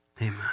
Amen